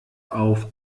auf